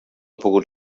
pogut